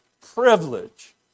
privilege